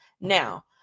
Now